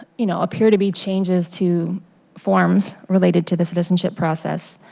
you know, appear to be changes to forms related to the citizenship process.